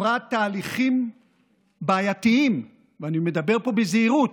עברה תהליכים בעייתיים ואני מדבר פה בזהירות,